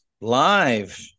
live